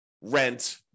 rent